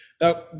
now